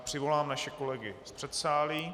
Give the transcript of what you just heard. Přivolám naše kolegy z předsálí.